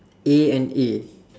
A and A